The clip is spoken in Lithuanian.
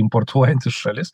importuojanti šalis